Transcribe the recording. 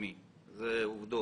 אלה שני הדברים הבסיסיים.